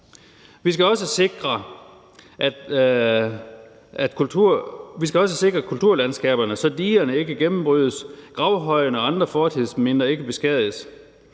Vi skal også sikre kulturlandskaberne, så digerne ikke gennembrydes og gravhøjene og andre fortidsminder ikke beskadiges.